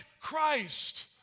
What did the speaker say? Christ